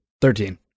Thirteen